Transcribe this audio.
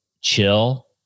chill